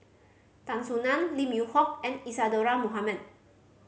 Tan Soo Nan Lim Hock and Isadhora Mohamed